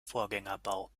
vorgängerbau